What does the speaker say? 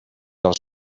als